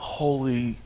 holy